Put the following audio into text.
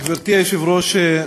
גברתי היושבת-ראש,